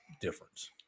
difference